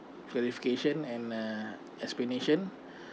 clarification and uh explanation